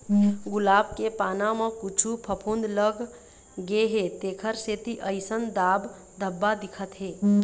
गुलाब के पाना म कुछु फफुंद लग गे हे तेखर सेती अइसन दाग धब्बा दिखत हे